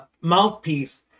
mouthpiece